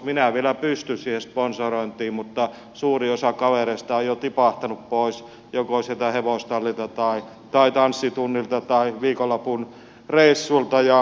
minä vielä pystyn siihen sponsorointiin mutta suuri osa kavereista on jo tipahtanut pois joko sieltä hevostallilta tai tanssitunnilta tai viikonlopun reissuilta